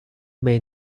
may